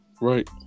Right